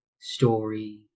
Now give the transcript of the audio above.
story